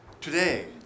today